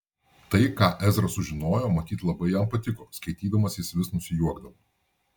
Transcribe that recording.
tai ką ezra sužinojo matyt labai jam patiko skaitydamas jis vis nusijuokdavo